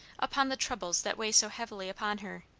upon the troubles that weigh so heavily upon her.